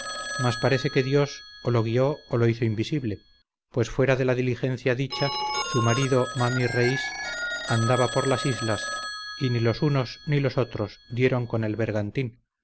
más parece que dios o lo guió o lo hizo invisible pues fuera de la diligencia dicha su marido mami reís andaba por las islas y ni los unos ni los otros dieron con el